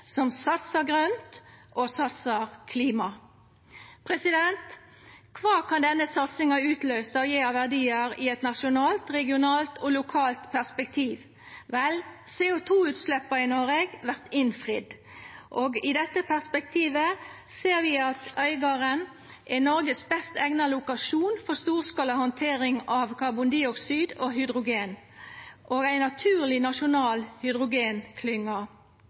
som satsar grønt og satsar på klima. Kva kan denne satsinga utløysa og gje av verdiar i eit nasjonalt, regionalt og lokalt perspektiv? Vel, CO 2 -utsleppsmåla i Noreg vert innfridde, og i dette perspektivet ser vi at Øygarden er den best eigna lokasjonen i Noreg for storskala handtering av karbondioksid og hydrogen og ei naturleg nasjonal